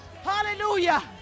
Hallelujah